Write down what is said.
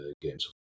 games